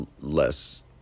less